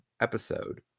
episode